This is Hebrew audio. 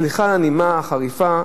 סליחה על הנימה החריפה.